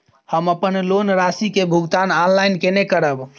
हम अपन लोन राशि के भुगतान ऑनलाइन केने करब?